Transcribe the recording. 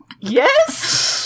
Yes